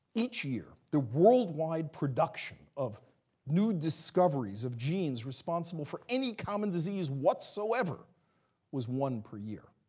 each year, the worldwide production of new discoveries of genes responsible for any common disease whatsoever was one per year.